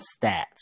stats